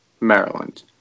Maryland